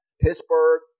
Pittsburgh